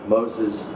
Moses